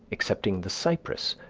excepting the cypress,